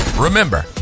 Remember